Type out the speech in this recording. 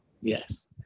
Yes